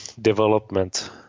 development